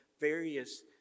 various